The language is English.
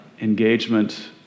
engagement